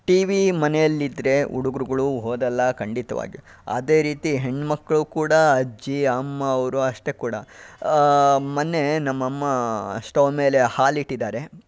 T V ಮನೆಯಲ್ಲಿದ್ದರೆ ಹುಡುಗರುಗಳು ಓದಲ್ಲ ಖಂಡಿತವಾಗಿ ಅದೇ ರೀತಿ ಹೆಣ್ಣುಮಕ್ಳು ಕೂಡ ಅಜ್ಜಿ ಅಮ್ಮವ್ರು ಅಷ್ಟೇ ಕೂಡ ಮೊನ್ನೆ ನಮ್ಮಮ್ಮ ಸ್ಟೌವ್ ಮೇಲೆ ಹಾಲಿಟ್ಟಿದ್ದಾರೆ